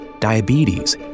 diabetes